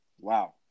Wow